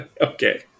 Okay